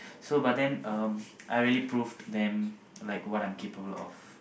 so but then um I really proved them like what I'm capable of